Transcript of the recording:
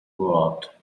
word